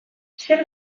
zer